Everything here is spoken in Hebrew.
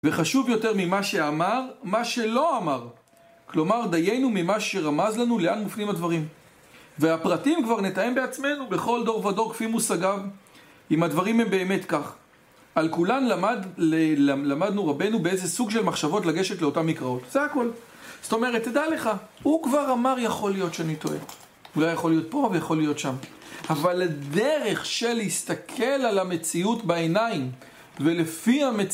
וחשוב יותר ממה שאמר, מה שלא אמר. כלומר, דיינו ממה שרמז לנו, לאן מופנים הדברים. והפרטים כבר נתאים בעצמנו, בכל דור ודור, כפי מושגיו. אם הדברים הם באמת כך. על כולן למדנו רבנו באיזה סוג של מחשבות לגשת לאותם מקראות. זה הכל. זאת אומרת, תדע לך, הוא כבר אמר, יכול להיות שאני טועה. אולי יכול להיות פה, ויכול להיות שם. אבל הדרך של להסתכל על המציאות בעיניים, ולפי המציאות,